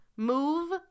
Move